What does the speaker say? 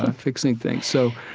ah fixing things. so,